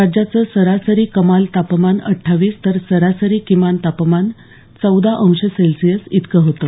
राज्याचं सरासरी कमाल तापमान अट्ठावीस तर सरासरी किमान तापमान चौदा अंश सेल्शियस इतकं होतं